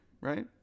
right